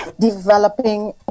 developing